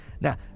Now